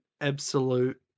absolute